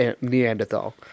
Neanderthal